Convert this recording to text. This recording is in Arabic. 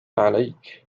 عليك